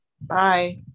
Bye